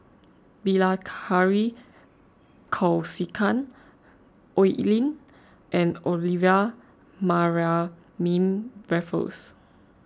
Bilahari Kausikan Oi Lin and Olivia Mariamne Raffles